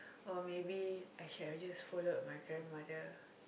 or maybe I should have just followed my grandmother